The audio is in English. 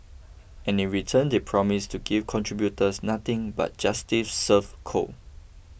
and in return they promise to give contributors nothing but justice serve cold